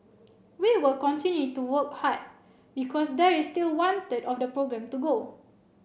we will continue to work hard because there is still one third of the programme to go